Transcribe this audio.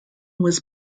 was